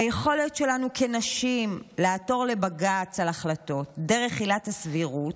היכולת שלנו כנשים לעתור לבג"ץ על החלטות דרך עילת הסבירות,